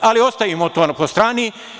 Ali, ostavimo to po strani.